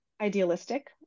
idealistic